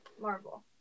Marvel